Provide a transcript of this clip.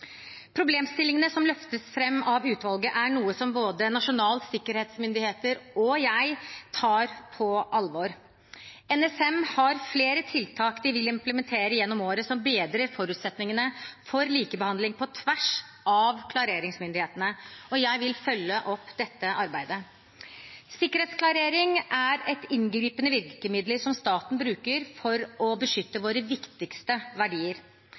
Problemstillingene som løftes fram av utvalget, er noe som både Nasjonal sikkerhetsmyndighet og jeg tar på alvor. NSM har flere tiltak de vil implementere gjennom året, som bedrer forutsetningene for likebehandling på tvers av klareringsmyndighetene, og jeg vil følge opp dette arbeidet. Sikkerhetsklarering er et inngripende virkemiddel som staten bruker for å beskytte våre viktigste verdier.